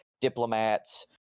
diplomats